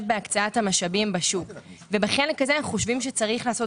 בהקצאת המשאבים בשוק ובחלק הזה אנו חושבים שצריך לעשות